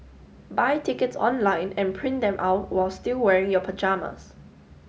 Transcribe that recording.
buy tickets online and print them out while still wearing your pyjamas